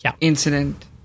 incident